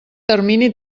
termini